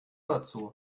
dazu